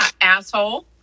asshole